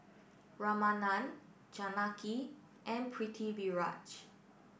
Ramanand Janaki and Pritiviraj